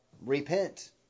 repent